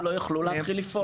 הם לא יוכלו להמשיך לפעול.